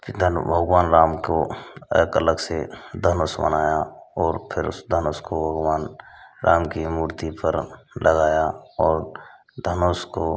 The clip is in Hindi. फिर धनु भगवान राम को एक अलग से धनुष बनाया और फिर उस धनुष को भगवान राम की मूर्ति पर लगाया और धनुष को